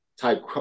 type